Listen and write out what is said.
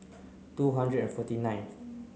two hundred and forty ninth